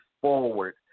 forward